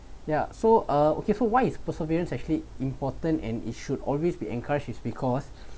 yeah so uh okay so why is perseverance actually important and it should always be encouraged is because